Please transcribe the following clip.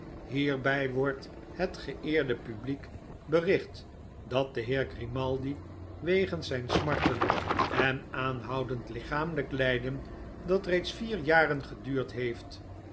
hierbij wordt het geeerde publiek bericht dat de heer grimaldi wegens zijn smartelijk en aanhoudend lichamelijk lijden dat reeds vier jaren geduurd heeft